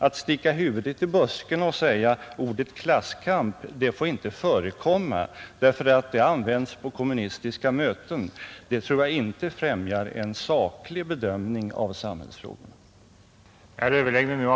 Att sticka huvudet i busken och säga: ”Ordet klasskamp får inte förekomma därför att det används på kommunistiska möten” tror jag inte främjar en saklig bedömning av samhällsfrågorna.